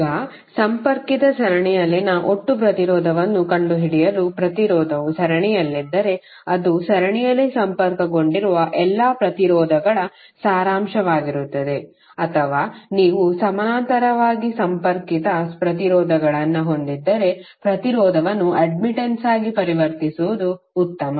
ಈಗ ಸಂಪರ್ಕಿತ ಸರಣಿಯಲ್ಲಿನ ಒಟ್ಟು ಪ್ರತಿರೋಧವನ್ನು ಕಂಡುಹಿಡಿಯಲು ಪ್ರತಿರೋಧವು ಸರಣಿಯಲ್ಲಿದ್ದರೆ ಅದು ಸರಣಿಯಲ್ಲಿ ಸಂಪರ್ಕಗೊಂಡಿರುವ ಎಲ್ಲಾ ಪ್ರತಿರೋಧಗಳ ಸಾರಾಂಶವಾಗಿರುತ್ತದೆ ಅಥವಾ ನೀವು ಸಮಾನಾಂತರವಾಗಿ ಸಂಪರ್ಕಿತ ಪ್ರತಿರೋಧಗಳನ್ನು ಹೊಂದಿದ್ದರೆ ಪ್ರತಿರೋಧವನ್ನು ಅಡ್ಮಿಟ್ಟನ್ಸ್ ಆಗಿ ಪರಿವರ್ತಿಸುವುದು ಉತ್ತಮ